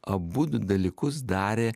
abu dalykus darė